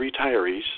retirees